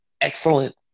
excellent